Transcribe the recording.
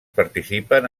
participen